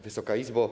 Wysoka Izbo!